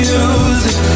Music